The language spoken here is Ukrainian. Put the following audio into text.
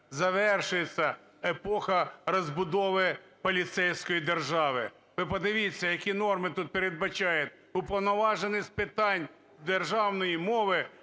завершується епоха розбудови поліцейської держави. Ви подивіться, які норми тут передбачають: Уповноважений з питань державної мови